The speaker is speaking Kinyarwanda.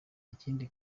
ikindi